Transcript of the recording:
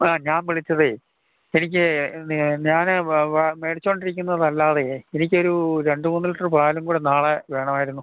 ആ ഞാൻ വിളിച്ചതേ എനിക്ക് ഞാന് മേടിച്ചോണ്ടിരിക്കുന്നതല്ലാതെ എനിക്കൊരു രണ്ടുമൂന്ന് ലിറ്റർ പാലും കൂടി നാളെ വേണമായിരുന്നു